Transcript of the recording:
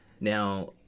Now